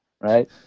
right